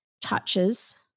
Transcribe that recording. touches